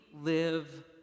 live